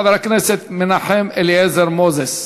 חבר הכנסת מנחם אליעזר מוזס.